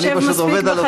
אני פשוט עובד על אוטומט.